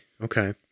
Okay